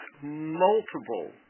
multiple